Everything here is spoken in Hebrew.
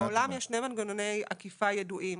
בעולם יש שני מנגנוני אכיפה ידועים.